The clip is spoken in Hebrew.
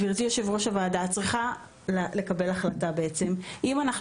גברתי יושבת-ראש הוועדה צריכה לקבל החלטה בעצם אם אנחנו